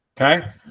Okay